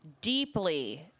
deeply